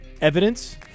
Evidence